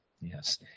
yes